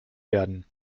werden